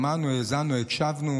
שמענו, האזנו, הקשבנו